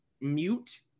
mute